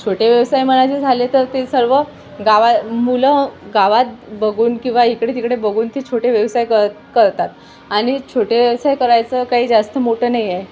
छोटे व्यवसाय म्हणायचे झाले तर ते सर्व गावा मुलं गावात बघून किंवा इकडे तिकडे बघून ते छोटे व्यवसाय कर करतात आणि छोटे व्यवसाय करायचं काही जास्त मोठं नाही आहे